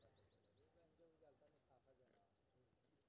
छोट किसान के कतेक लोन मिलते?